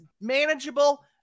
manageable